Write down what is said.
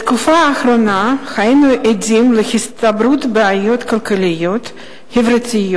בתקופה האחרונה היינו עדים להצטברות בעיות כלכליות וחברתיות